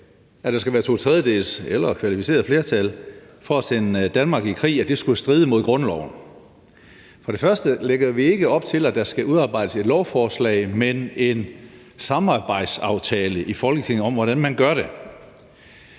at der skal være to tredjedeles eller kvalificeret flertal for at sende Danmark i krig, så ville det stride mod grundloven. Først vil jeg sige, at vi ikke lægger op til, at der skal udarbejdes et lovforslag, men en samarbejdsaftale i Folketinget om, hvordan man gør det.